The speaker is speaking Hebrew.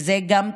גם זה חשוב,